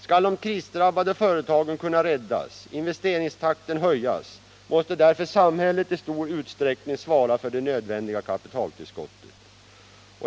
Skall de krisdrabbade företagen kunna räddas och investeringstakten höjas måste därför samhället i stor utsträckning svara för det nödvändiga kapitaltillskottet.